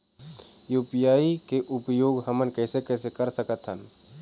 UPI के उपयोग हमन कैसे कैसे कर सकत हन?